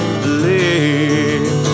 believe